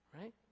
Right